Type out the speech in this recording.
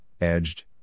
edged